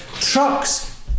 trucks